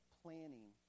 planning